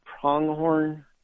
pronghorn